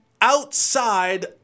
outside